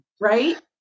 Right